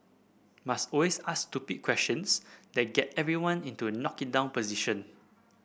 must always ask stupid questions that get everyone into knock it down position